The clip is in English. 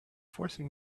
forcing